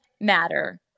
matter